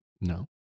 no